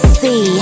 see